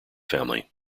family